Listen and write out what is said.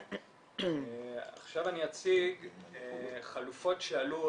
עכשיו אני אציג חלופות שעלו